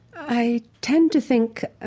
i tend to think